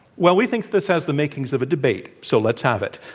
well, we think this has the makings of a debate, so let's have it.